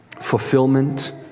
fulfillment